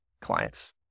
clients